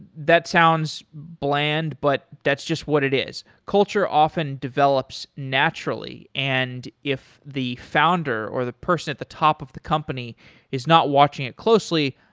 that sounds bland, but that's just what it is. culture often develops naturally, and if the founder or the person at the top of the company is not watching it closely,